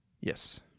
Yes